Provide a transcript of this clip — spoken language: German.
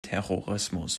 terrorismus